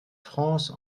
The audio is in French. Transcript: france